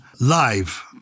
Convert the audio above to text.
live